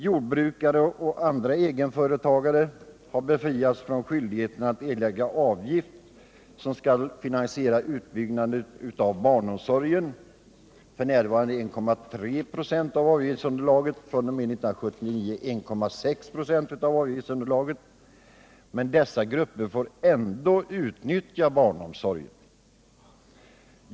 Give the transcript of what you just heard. Jordbrukare och andra egenföretagare har befriats från skyldigheten att erlägga avgift som skall finansiera utbyggnaden av barnomsorgen, f.n. 1,3 96 av avgiftsunderlaget, fr.o.m. 1979 1,6 26, men dessa grupper får ändå utnyttja barnomsorgen.